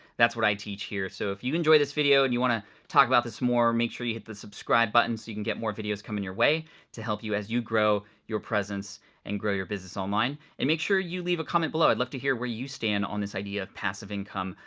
that's what i teach here. so if you've enjoyed this video and you wanna talk about this more, make sure you hit the subscribe button so you can get more videos coming your way to help you as you grow your presence and grow your business online and make sure you leave a comment below. i'd love to hear where you stand on this idea of passive income.